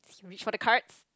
reach for the cards